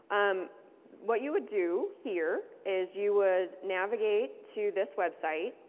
um what you would do here is you would navigate to this website,